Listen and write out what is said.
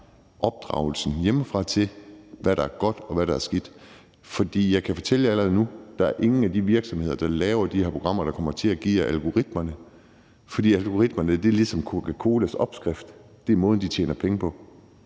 opdragelsen hjemmefra til at vide, hvad der er godt, og hvad der er skidt. Jeg kan fortælle jer allerede nu, at der er ingen af de virksomheder, der laver de her programmer, der kommer til at give jer algoritmerne. For algoritmerne er ligesom Coca-Colas opskrift. Det er måden, de tjener penge på.